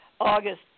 August